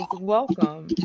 Welcome